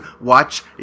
watch